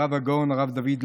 הרב הגאון הרב דוד לאו,